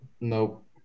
Nope